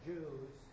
Jews